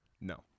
No